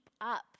up